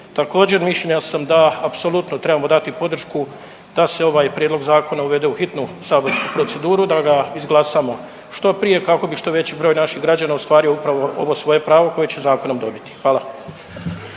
Također, mišljenja sam da apsolutno trebamo dati podršku da se ovaj prijedlog zakona uvede u hitnu saborsku proceduru, da ga izglasamo što prije, kako bi što veći broj naših građana ostvario upravo ovo svoje pravo koje će zakonom dobiti. Hvala.